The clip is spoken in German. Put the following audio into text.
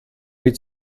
mit